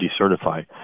decertify